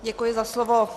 Děkuji za slovo.